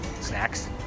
snacks